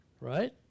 Right